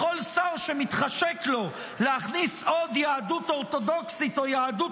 לכל שר שמתחשק לו להכניס עוד יהדות אורתודוקסית או יהדות